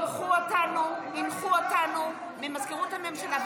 הנחו אותנו ממזכירות הממשלה,